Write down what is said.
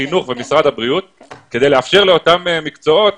החינוך ומשרד בריאות כדי לאפשר לאותם מקצועות.